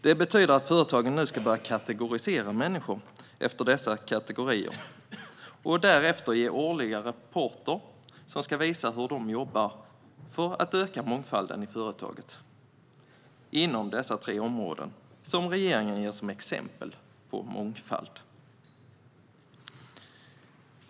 Det betyder att företagen nu ska börja kategorisera människor efter dessa kategorier och därefter ge årliga rapporter som ska visa hur de jobbar för att öka mångfalden i företaget inom dessa tre områden som regeringen ger som exempel på mångfald.